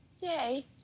Yay